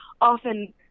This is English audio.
often